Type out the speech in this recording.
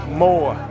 more